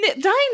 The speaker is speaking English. Dying